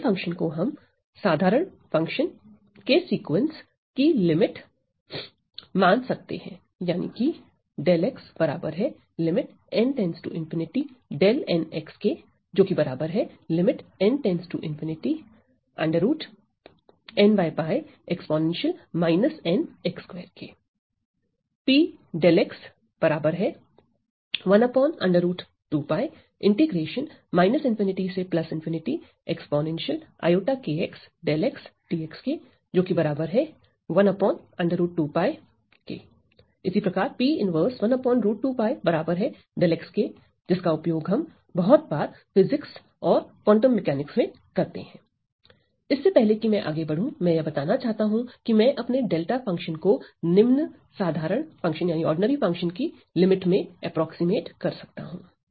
𝜹 function को हम साधारण फंक्शन के सीक्वेंस की लिमिट मान सकते हैं यानी कि इस से पहले कि मैं आगे बढूं मैं यह बताना चाहता हूं कि मैं अपने डेल्टा फंक्शन को निम्न साधारण फंक्शन की लिमिट में एप्रोक्सीमेट कर सकता हूं